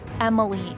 emily